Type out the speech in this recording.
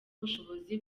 ubushobozi